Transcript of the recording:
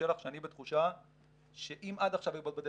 חבר הכנסת שלח,